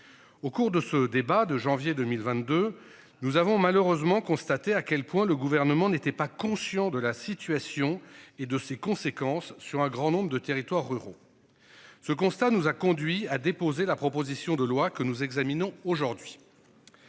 Au cours de ce débat de janvier 2022. Nous avons malheureusement constaté à quel point le gouvernement n'étaient pas conscients de la situation et de ses conséquences sur un grand nombre de territoires ruraux. Ce constat nous a conduits à déposer la proposition de loi que nous examinons aujourd'hui.